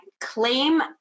claim